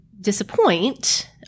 disappoint